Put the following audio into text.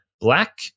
black